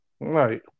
Right